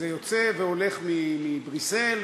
זה יוצא והולך מבריסל,